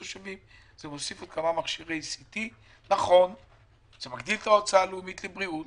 זה מוסיף עוד כמה מכשירי CT. נכון זה מגדיל את ההוצאה הלאומית לבריאות